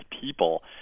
people